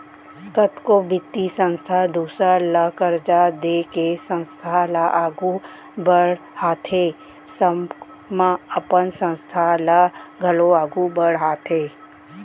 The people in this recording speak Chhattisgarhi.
कतको बित्तीय संस्था दूसर ल करजा देके संस्था ल आघु बड़हाथे संग म अपन संस्था ल घलौ आघु बड़हाथे